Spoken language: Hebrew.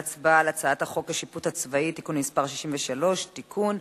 אנחנו עוברים להצבעה על הצעת חוק השיפוט הצבאי (תיקון מס' 63) (תיקון),